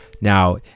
Now